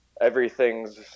everything's